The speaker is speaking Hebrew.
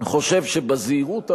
חושב שבזהירות הראויה,